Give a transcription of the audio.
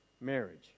marriage